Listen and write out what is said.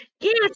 Yes